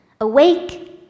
awake